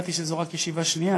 הופתעתי שזו רק ישיבה שנייה,